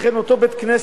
לכן אותו בית-כנסת,